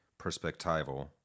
perspectival